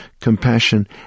compassion